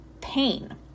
pain